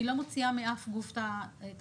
אני לא מוציאה מאף גוף את האחריות.